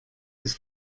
his